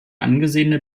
angesehene